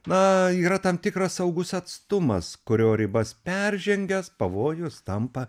na yra tam tikras saugus atstumas kurio ribas peržengęs pavojus tampa